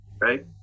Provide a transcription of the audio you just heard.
right